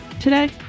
today